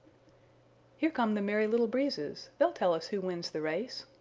here come the merry little breezes they'll tell us who wins the race,